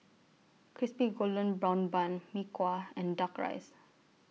Crispy Golden Brown Bun Mee Kuah and Duck Rice